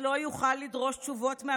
השופטים יוגבלו מעתה בכל דיון על הנושאים